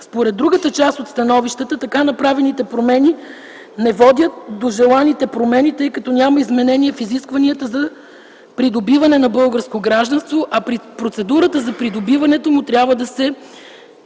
Според другата част от становищата така направените промени не водят до желаните промени, тъй като няма изменение в изискванията за придобиване на българско гражданство, а процедурата за придобиването му трябва да се